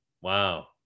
Wow